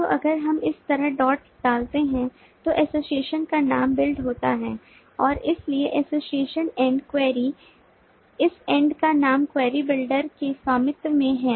तो अगर हम इस तरह डॉट डालते हैं तो एसोसिएशन का नाम बिल्ड होता है और इसलिए एसोसिएशन एंड query इस एंड का नाम query बिल्डर के स्वामित्व में है